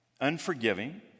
unforgiving